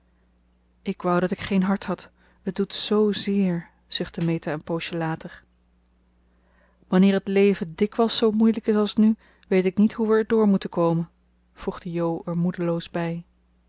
ik wou dat ik geen hart had het doet zoo zeer zuchtte meta een poosje later wanneer het leven dikwijls zoo moeilijk is als nu weet ik niet hoe we er door moeten komen voegde jo er moedeloos bij